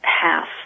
half